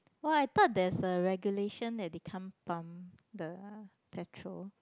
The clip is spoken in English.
!wah! I thought there's a regulation that they can't pump the petrol